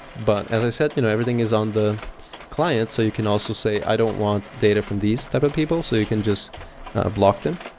but as i said, you know everything is on the client so you can also say, i don't want data from these type of people, so you can just ah block them.